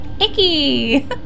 Icky